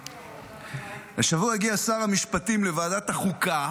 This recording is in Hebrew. השבוע הגיע שר המשפטים לוועדת החוקה